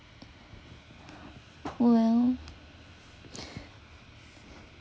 well